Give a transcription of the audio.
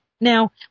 Now